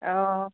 অঁ